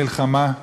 מלחמה,